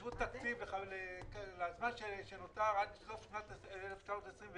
יאשרו תקציב לזמן שנותר עד סוף שנת 2020,